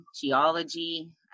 geology